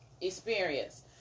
experience